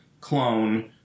clone